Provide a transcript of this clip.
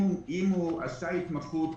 אם הוא עשה התמחות